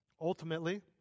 Ultimately